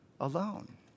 alone